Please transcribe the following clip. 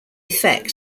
effect